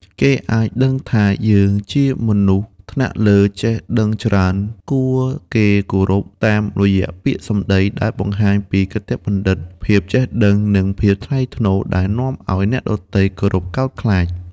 គេអាចដឹងថាយើងជា មនុស្សថ្នាក់លើចេះដឹងច្រើន គួរគេគោរព តាមរយះពាក្យសម្ដីដែលបង្ហាញពីគតិបណ្ឌិត ភាពចេះដឹង និងភាពថ្លៃថ្នូរ ដែលនាំឱ្យអ្នកដទៃគោរពកោតខ្លាច។